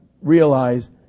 realize